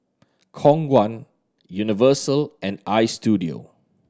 Khong Guan Universal and Istudio